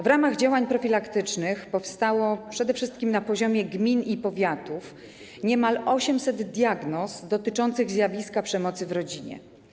W ramach działań profilaktycznych powstało - przede wszystkim na poziomie gmin i powiatów - niemal 800 diagnoz dotyczących zjawiska przemocy w rodzinie.